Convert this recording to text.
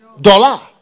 Dollar